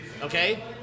Okay